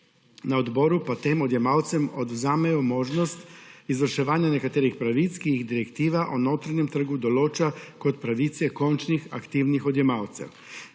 na odboru pa tem odjemalcem odvzamejo možnost izvrševanja nekaterih pravic, ki jih Direktiva o storitvah na notranjem trgu določa kot pravice končnih aktivnih odjemalcev.